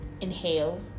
inhale